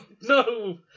no